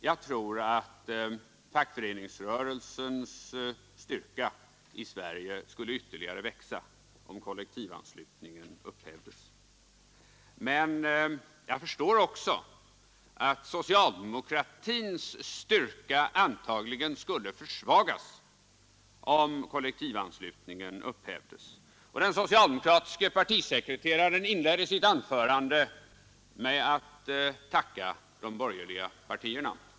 Jag tror att fackföreningsrörelsens styrka i Sverige skulle växa ytterligare, om kollektivanslutningen upphävdes, men jag förstår också att socialdemokratins styrka då antagligen skulle försvagas. Den socialdemokratiske partisekreteraren inledde sitt anförande med att tacka de borgerliga partierna.